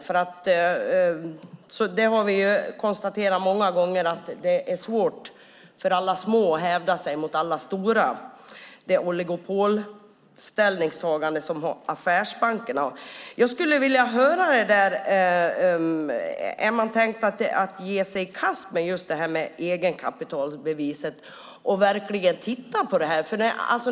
Vi har många gånger konstaterat att det är svårt för alla små att hävda sig mot alla stora, den oligopolställning som affärsbankerna har. Jag skulle vilja höra om man tänker ge sig i kast med just egenkapitalbeviset och verkligen titta på det här.